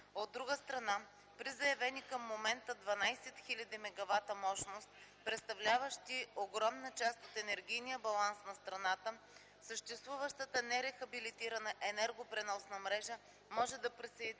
От друга страна, при заявени към момента 12 хиляди мегавата мощност, представляващи огромна част от енергийния баланс на страната, съществуващата нерехабилитирана енергопреносна мрежа може да присъедини